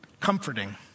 comforting